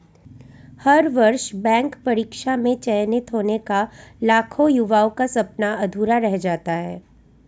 हर वर्ष बैंक परीक्षा में चयनित होने का लाखों युवाओं का सपना अधूरा रह जाता है